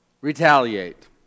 retaliate